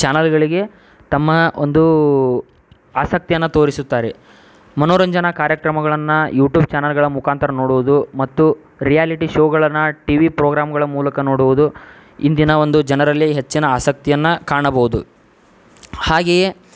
ಚಾನಲ್ಗಳಿಗೆ ತಮ್ಮ ಒಂದು ಆಸಕ್ತಿಯನ್ನು ತೋರಿಸುತ್ತಾರೆ ಮನೋರಂಜನಾ ಕಾರ್ಯಕ್ರಮಗಳನ್ನು ಯೂಟೂಬ್ ಚಾನಲ್ಗಳ ಮುಖಾಂತರ ನೋಡುವುದು ಮತ್ತು ರಿಯಾಲಿಟಿ ಶೋಗಳನ್ನು ಟಿ ವಿ ಪ್ರೋಗ್ರಾಮ್ಗಳ ಮೂಲಕ ನೋಡುವುದು ಇಂದಿನ ಒಂದು ಜನರಲ್ಲಿ ಹೆಚ್ಚಿನ ಆಸಕ್ತಿಯನ್ನು ಕಾಣಬೌದು ಹಾಗೆಯೇ